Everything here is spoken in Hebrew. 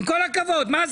עם כל הכבוד, מה זה?